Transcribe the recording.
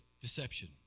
deception